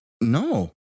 no